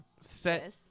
set